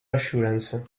assurance